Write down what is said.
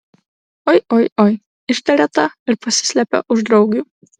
oi oi oi ištarė ta ir pasislėpė už draugių